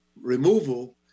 removal